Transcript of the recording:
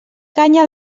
canya